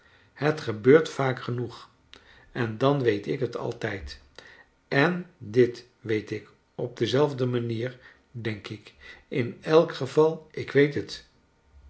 het gebeurt vaak genoeg en dan weet ik het altijd en dit weet ik op dezelfde manier r denk ik in elk geval ik weet het